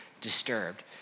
disturbed